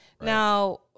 now